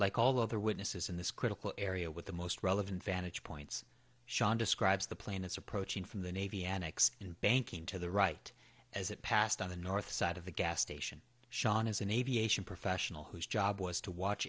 like all other witnesses in this critical area with the most relevant vantage points sean describes the plane as approaching from the navy annex in banking to the right as it passed on the north side of the gas station sean is an aviation professional whose job was to watch